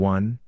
One